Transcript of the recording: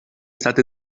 estat